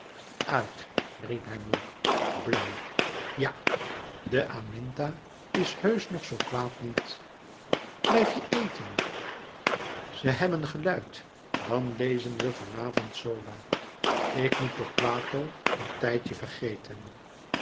uit riep hij moê blij ja de aminta is heusch nog zoo kwaad niet blijf je eten ze hebben geluid dan lezen we van avond zola ik moet torquato een tijdje vergeten